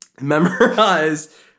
memorize